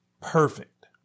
perfect